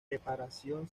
reparación